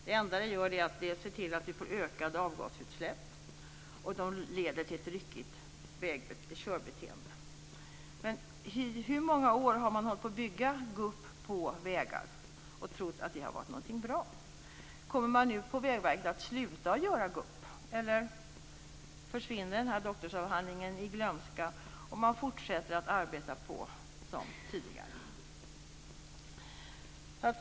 Det enda det gör är att det ser till att vi får ökade avgasutsläpp, och det leder till ett ryckigt körbeteende. I hur många år han man hållit på och bygga gupp på vägar och trott att det har varit någonting bra? Kommer man nu på Vägverket att sluta att bygga gupp, eller försvinner denna doktorsavhandling i glömska medan man arbetar på som tidigare?